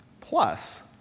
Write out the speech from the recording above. plus